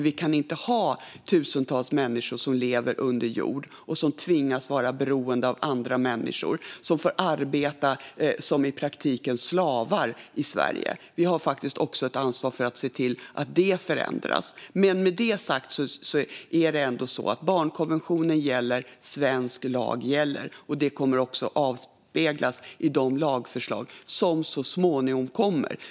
Vi kan inte ha tusentals människor som lever under jord, som tvingas vara beroende av andra människor och som får arbeta praktiskt taget som slavar i Sverige. Vi har faktiskt också ett ansvar för att se till att det förändras. Men, som sagt, barnkonventionen gäller och svensk lag gäller. Det kommer att avspeglas i de lagförslag som så småningom kommer.